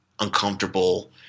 uncomfortable